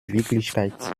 wirklichkeit